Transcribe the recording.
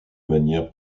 manière